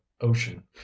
ocean